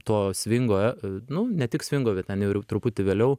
to svingo e nu ne tik svingo bet ten jau ir truputį vėliau